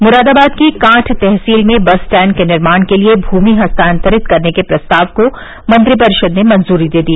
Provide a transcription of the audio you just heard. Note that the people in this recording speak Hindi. मुरादाबाद की कांठ तहसील में बस स्टैंड निर्माण के लिये भूमि हस्तांतरित करने के प्रस्ताव को मंत्रिपरिषद ने मंजूरी दे दी